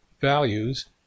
values